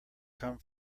come